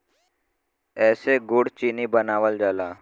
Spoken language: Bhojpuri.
एसे गुड़ चीनी बनावल जाला